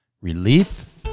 Relief